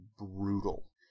brutal